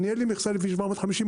אין לי מכסה לפי 750,